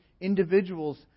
individuals